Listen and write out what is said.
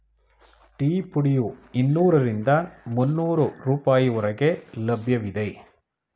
tea ಪುಡಿಯು ಇನ್ನೂರರಿಂದ ಮುನ್ನೋರು ರೂಪಾಯಿ ಹೊರಗೆ ಲಭ್ಯವಿದೆ